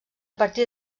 partir